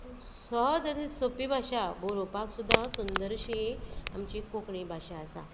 सहज अशी सोंपी भाशा बरोवपाक सुद्दां सुंदरशी आमची कोंकणी भाशा आसा